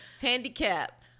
Handicap